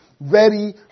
ready